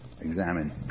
examine